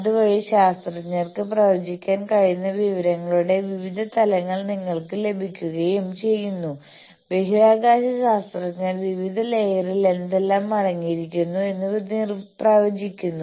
അതുവഴി ശാസ്ത്രജ്ഞർക്ക് പ്രവചിക്കാൻ കഴിയുന്ന വിവരങ്ങളുടെ വിവിധ തലങ്ങൾ നിങ്ങൾക്ക് ലഭിക്കുകയും ചെയ്യുന്നു ബഹിരാകാശ ശാസ്ത്രജ്ഞർ വിവിധ ലേയറിൽ എന്തെല്ലാം അടങ്ങിയിരിക്കുന്നു എന്ന് പ്രവചിക്കുന്നു